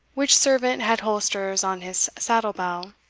which servant had holsters on his saddle-bow,